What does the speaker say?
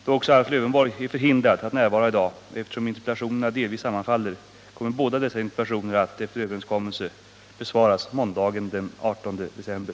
Då också Alf Lövenborg är förhindrad att närvara i dag och eftersom interpellationerna delvis sammanfaller, kommer båda dessa interpellationer enligt överenskommelse att besvaras måndagen den 18 december.